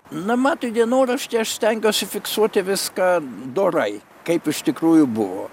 na matai dienoraštį aš stengiuosi fiksuoti viską dorai kaip iš tikrųjų buvo